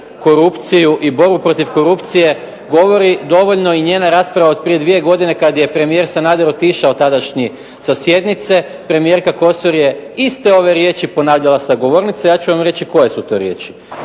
korupciju i borbu protiv korupcije govori dovoljno i njena rasprava od prije dvije godine kad je premijer Sanader otišao tadašnji sa sjednice premijerka Kosor je iste ove riječi ponavljala sa govornice. Ja ću vam reći koje su to riječi.